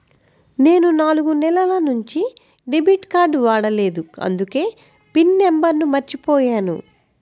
నేను నాలుగు నెలల నుంచి డెబిట్ కార్డ్ వాడలేదు అందుకే పిన్ నంబర్ను మర్చిపోయాను